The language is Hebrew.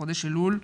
חודש אלול,